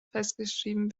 festgeschrieben